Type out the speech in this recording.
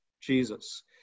Jesus